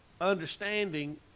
understanding